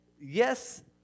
yes